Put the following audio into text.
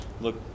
look